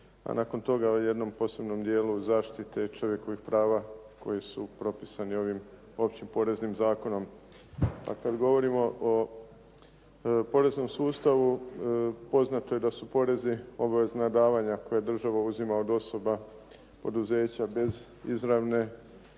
a nakon toga o jednom posebnom dijelu zaštite čovjekovih prava koji su propisani ovim općim poreznim zakonom. A kada govorimo o poreznom sustavu poznato je da su porezi obvezna davanja koja država uzima od osoba, poduzeća, bez izravne